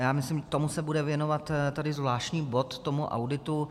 Já myslím, tomu se bude věnovat tady zvláštní bod, tomu auditu.